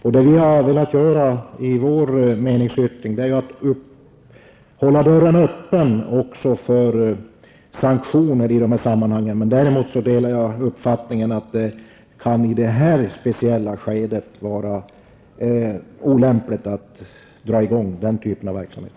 Syftet med vår meningsyttring har varit att hålla dörren öppen också för sanktioner i dessa sammanhang. Däremot delar jag uppfattningen att det i detta speciella skede kan vara olämpligt att dra i gång den typen av verksamhet.